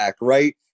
right